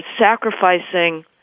sacrificing